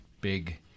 big